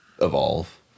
evolve